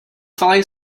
fly